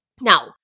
Now